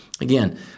again